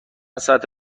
ساعت